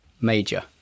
major